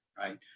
right